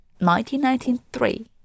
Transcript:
1993